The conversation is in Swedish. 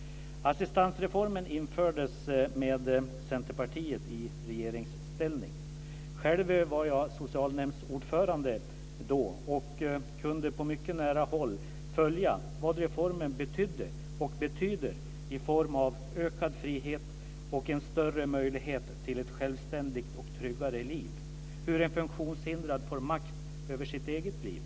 Assistansreformen infördes med Centerpartiet i regeringsställning. Själv var jag socialnämndsordförande då och kunde på mycket nära håll följa vad reformen betydde och betyder i form av ökad frihet och en större möjlighet till ett självständigt och tryggare liv, hur en funktionshindrad får makt över sitt eget liv.